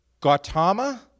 Gautama